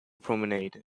promenade